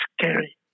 scary